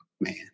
Man